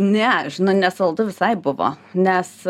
ne žinok nesaldu visai buvo nes